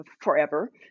forever